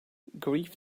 grief